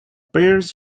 peters